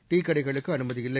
tea கடைகளுக்கு அனுமதி இல்லை